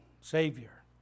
Savior